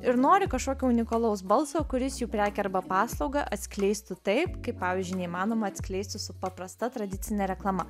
ir nori kažkokio unikalaus balso kuris jų prekę arba paslaugą atskleistų taip kaip pavyzdžiui neįmanoma atskleisti su paprasta tradicine reklama